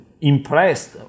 impressed